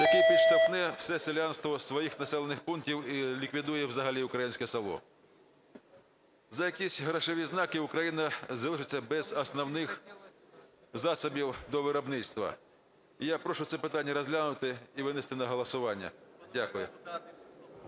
який підштовхне все селянство в своїх населених пунктах і ліквідує взагалі українське село. За якісь грошові знаки Україна залишиться без основних засобів на виробництво. Я прошу це питання розглянути і винести на голосування.